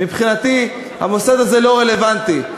מבחינתי המוסד הזה לא רלוונטי,